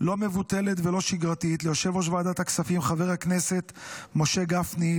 מבוטל ולא שגרתי: ליושב-ראש ועדת הכספים חבר הכנסת משה גפני,